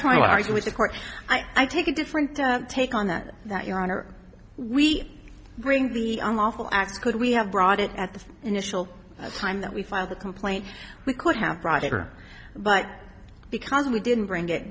trying to argue with the court i take a different take on that that your honor we bring the unlawful acts could we have brought it at the initial time that we filed a complaint we could have brought her but because we didn't bring it